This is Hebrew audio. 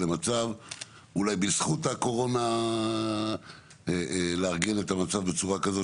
אולי בזכות הקורונה לארגן את המצב בצורה כזאת